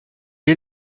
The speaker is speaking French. est